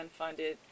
unfunded